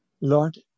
Lord